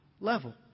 level